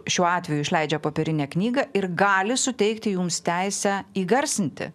šiuo atveju išleidžia popierinę knygą ir gali suteikti jums teisę įgarsinti